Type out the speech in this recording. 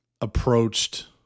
approached